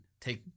take